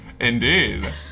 Indeed